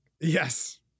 Yes